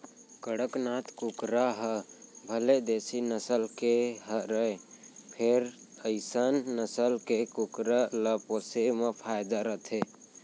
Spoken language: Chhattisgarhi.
कड़कनाथ कुकरा ह भले देसी नसल के हरय फेर अइसन नसल के कुकरा ल पोसे म फायदा रथे